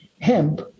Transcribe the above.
hemp